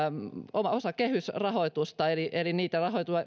osa kehysrahoitusta eli eli niitä